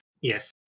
Yes